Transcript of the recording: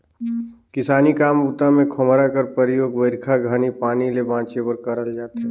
किसानी काम बूता मे खोम्हरा कर परियोग बरिखा घनी पानी ले बाचे बर करल जाथे